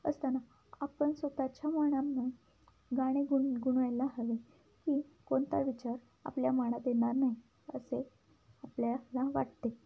असताना आपण स्वतःच्या मना गाणे गुणगुणायला हवे की कोणता विचार आपल्या मनात येणार नाही असे आपल्याला वाटते